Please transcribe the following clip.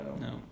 No